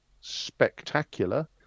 spectacular